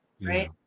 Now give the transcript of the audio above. right